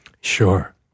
Sure